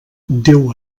déu